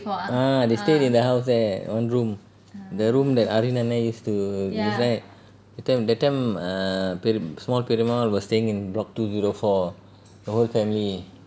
ah they stayed in the house there one room the room that Arun அண்ணா:arun anna used to use right that time that time err பெரியம்மா:periyamma was staying in block two zero four the whole family